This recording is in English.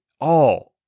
all-